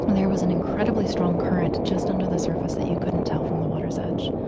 there was an incredibly strong current just under the surface that you couldn't tell from the water's edge.